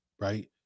right